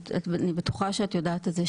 אני בטוחה שאת יודעת את זה,